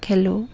খেলোঁ